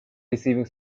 receiving